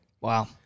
wow